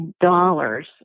dollars